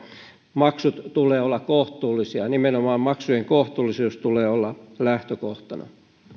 maksujen tulee olla kohtuullisia nimenomaan maksujen kohtuullisuuden tulee olla lähtökohtana